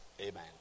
amen